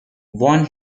won